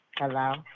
Hello